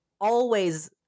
always-